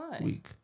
week